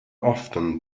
often